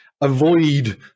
avoid